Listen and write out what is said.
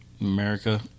america